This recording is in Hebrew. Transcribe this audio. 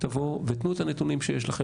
תבואו ותנו את הנתונים שיש לכם,